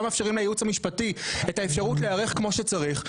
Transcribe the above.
לא מאפשרים לייעוץ המשפטי להיערך כמו שצריך,